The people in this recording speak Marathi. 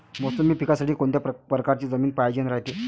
मोसंबी पिकासाठी कोनत्या परकारची जमीन पायजेन रायते?